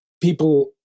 people